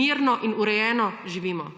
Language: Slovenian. mirno in urejeno živimo.